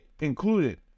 Included